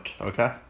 Okay